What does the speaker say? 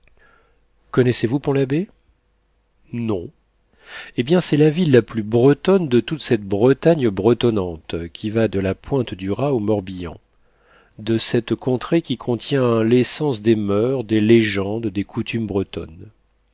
connaissez-vous pont labbé non eh bien c'est la ville la plus bretonne de toute cette bretagne bretonnante qui va de la pointe du raz au morbihan de cette contrée qui contient l'essence des moeurs des légendes des coutumes bretonnes